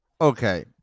Okay